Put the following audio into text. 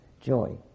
joy